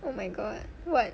oh my god what